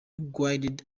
guided